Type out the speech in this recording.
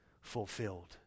fulfilled